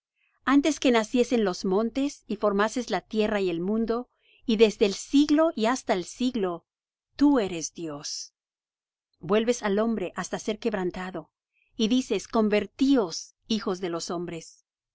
antes que naciesen los montes y formases la tierra y el mundo y desde el siglo y hasta el siglo tú eres dios vuelves al hombre hasta ser quebrantado y dices convertíos hijos de los hombres